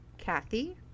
Kathy